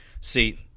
see